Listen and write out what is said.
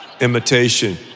imitation